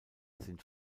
sind